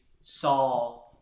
saw